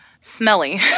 Smelly